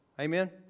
Amen